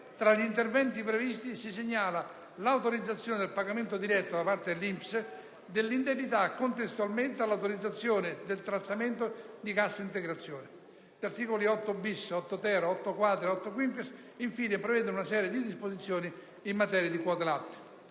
tra gli interventi previsti, si segnala l'autorizzazione del pagamento diretto da parte dell'INPS dell'indennità contestualmente all'autorizzazione del trattamento di cassa integrazione. Gli articoli 8-*bis*, 8-*ter*, 8-*quater* e 8-*quinquies*, infine, prevedono una serie di disposizioni in materia di quote latte.